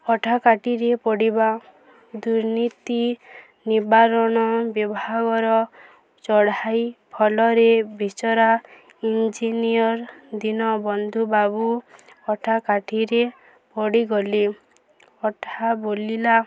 ଅଠାକାଟିରେ ପଡ଼ିବା ଦୁର୍ନୀତି ନିବାରଣ ବିଭାଗର ଚଢ଼ାଇ ଫଲରେ ବିଚରା ଇଞ୍ଜିନିୟର ଦିନ ବନ୍ଧୁ ବାବୁ ଅଠାକାଠିରେ ପଡ଼ିଗଲି ଅଠା ବୁଲିଲା